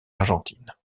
argentine